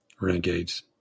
renegades